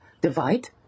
Divide